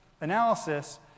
analysis